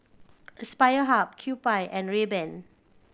Aspire Hub Kewpie and Rayban